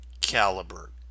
caliber